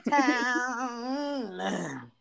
town